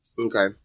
Okay